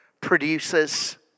produces